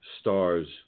stars